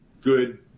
good